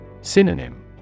Synonym